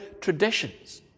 traditions